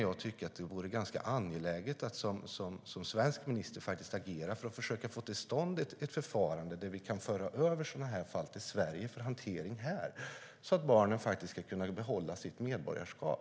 Jag tycker att det är angeläget att man som svensk minister agerar för att få till stånd ett förfarande där vi kan föra över sådana här fall till Sverige och hantera dem här så att barnen kan behålla sitt medborgarskap.